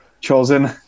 chosen